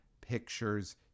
Pictures